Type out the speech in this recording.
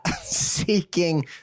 Seeking